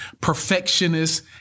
perfectionist